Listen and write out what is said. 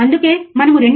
ఇది చాలా సులభం